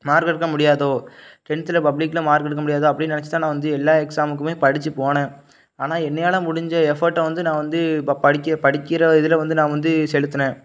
mark எடுக்க முடியாது டென்தில் பப்ளிகில் மார்க் எடுக்க முடியாது அப்படின் நினச்சிட்டு தான் நான் வந்து எல்லா எக்ஸாமுக்கும் படித்துப் போனேன் ஆனால் என்னையால் முடிஞ்ச எஃபோர்ட்டை வந்து நான் வந்து ப படிக்கின்ற படிக்கின்ற இதில் வந்து நான் வந்து செலுத்தினேன்